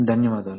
ధన్యవాదాలు